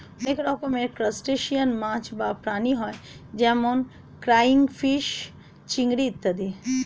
অনেক রকমের ক্রাস্টেশিয়ান মাছ বা প্রাণী হয় যেমন ক্রাইফিস, চিংড়ি ইত্যাদি